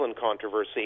controversy